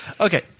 Okay